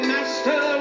Master